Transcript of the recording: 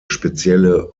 spezielle